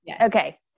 Okay